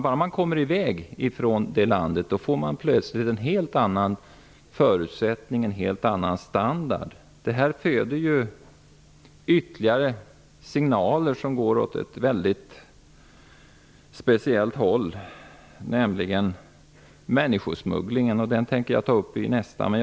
Bara man kommer i väg därifrån får man plötsligt helt andra förutsättningar och en helt annan standard. Detta föder ytterligare signaler som går åt ett mycket speciellt håll. Det gäller människosmugglingen, och den tänker jag ta upp i nästa debatt.